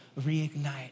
reignite